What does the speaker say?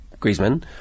Griezmann